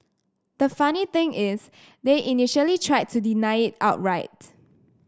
the funny thing is they initially tried to deny it outright